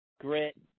Grit